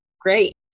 Great